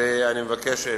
ואני מבקש לדחותה.